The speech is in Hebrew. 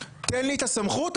בבקשה יוראי, תנמק את שתי הרביזיות.